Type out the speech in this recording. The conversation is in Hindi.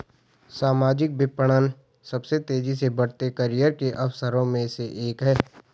सामाजिक विपणन सबसे तेजी से बढ़ते करियर के अवसरों में से एक है